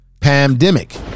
Pandemic